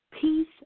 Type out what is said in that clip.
Peace